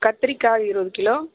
கத்திரிக்காய் இருபது கிலோ